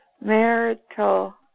marital